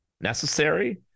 necessary